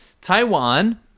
Taiwan